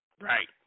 Right